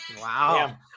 Wow